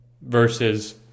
Versus